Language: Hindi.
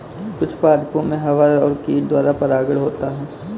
कुछ पादपो मे हवा और कीट द्वारा परागण होता है